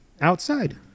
outside